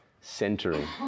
centering